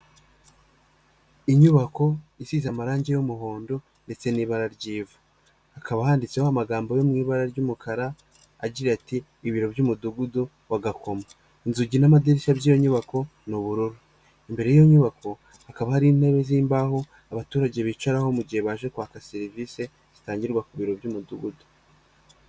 Inyubako isize amarangi y'umuhondo ndetse n'ibara ry'ivu, hakaba handitseho amagambo yo mu ibara ry'umukara agira ati ibiro by'umudugudu wa Gakoma. Inzugi n'amadirishya by'inyubako ni ubururu, imbere y'i nyubako hakaba hari intebe z'imbaho abaturage bicaraho mu gihe baje kwaka serivisi zitangirwa ku biro by'umudugudu.